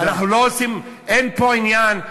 אין פה עניין,